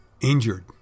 injured